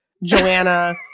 Joanna